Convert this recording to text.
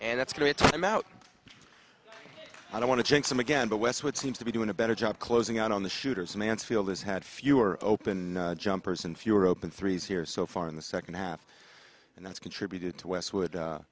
and that's a great time out i don't want to jinx them again but westwood seems to be doing a better job closing out on the shooters mansfield has had fewer open jumpers and fewer open threes here so far in the second half and that's contributed to westwood